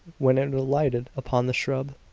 when it alighted upon the shrub,